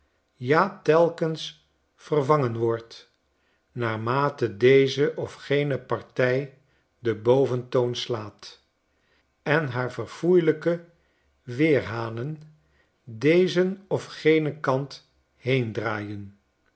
ja telkens vervangen wordt naarmate deze of gene partij den boventoon slaat en haar verfoeilijke weer hanen dezen of genen kant